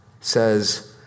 says